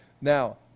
Now